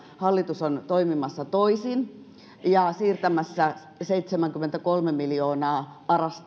hallitus on toimimassa toisin ja siirtämässä seitsemänkymmentäkolme miljoonaa